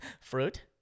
Fruit